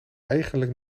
eigenlijk